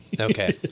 Okay